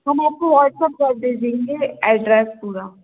हम आपको व्हाट्सअप कर दे देंगे एड्रैस पूरा